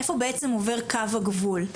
איפה בעצם עובר קו הגבול.